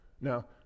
Now